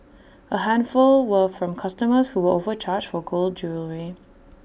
A handful were from customers who were overcharged for gold jewellery